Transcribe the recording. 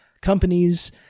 companies